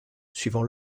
suivant